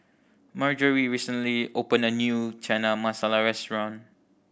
Marjory recently opened a new Chana Masala Restaurant